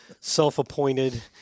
self-appointed